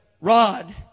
rod